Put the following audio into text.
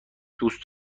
دوست